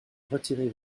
retirer